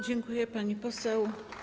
Dziękuję, pani poseł.